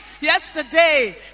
yesterday